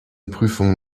prüfung